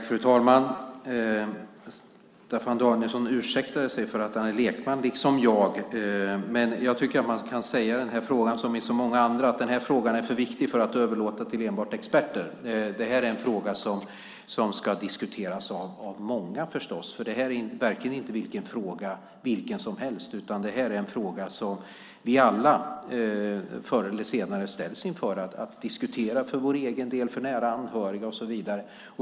Fru talman! Staffan Danielsson ursäktade sig med att han är lekman, liksom jag. Men i den här frågan, som i så många andra, tycker jag att man kan säga att den är för viktig för att överlåta den till enbart experter. Det här är en fråga som ska diskuteras av många. Det här är verkligen inte vilken fråga som helst utan det här är en fråga som vi alla förr eller senare ställs inför att diskutera för vår egen del, för nära anhöriga och så vidare.